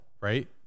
right